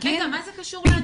מה זה קשור?